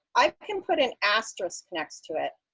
i can put an asterisk next to it,